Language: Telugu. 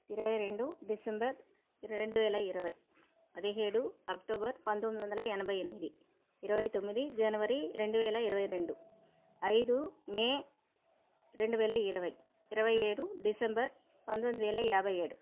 ఇరవై రెండు డిసెంబర్ రెండు వేల ఇరవై పదిహేడు అక్టోబర్ పంతొమ్మిది వందల ఎనభై ఎనిమిది ఇరవై తొమ్మిది జనవరి రెండు వేల ఇరవై రెండు ఐదు మే రెండు వేల ఇరవై ఇరవై ఏడు డిసెంబర్ పంతొమ్మిది వేల యాభై ఏడు